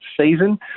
season